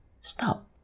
Stop